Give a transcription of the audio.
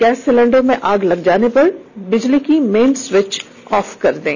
gas cylinder में आग लग जाने पर बिजली के मेन स्विच ऑफ कर दें